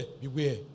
beware